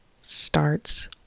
starts